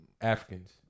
Africans